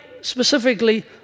specifically